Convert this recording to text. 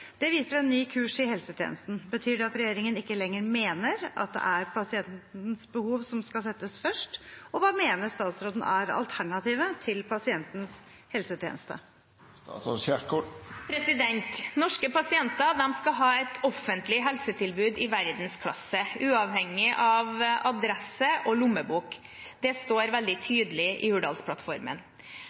Det viser en ny kurs i helsetjenesten. Betyr det at regjeringen ikke lenger mener at det er pasientens behov som skal settes først, og hva mener statsråden er alternativet til pasientens helsetjeneste?» Norske pasienter skal ha et offentlig helsetilbud i verdensklasse, uavhengig av adresse og lommebok. Det står veldig tydelig i Hurdalsplattformen.